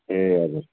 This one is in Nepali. ए हजुर